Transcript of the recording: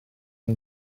yng